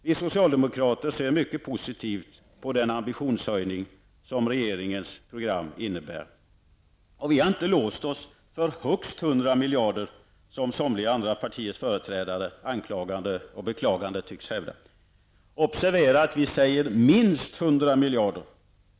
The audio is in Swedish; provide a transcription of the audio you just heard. Vi socialdemokrater ser mycket positivt på den ambitionshöjning som regringens program innebär. Vi har inte låst oss för högst 100 miljarder, som somliga andra partiers företrädare anklagande och beklagande tycks hävda. Observera att vi säger minst 100 miljarder.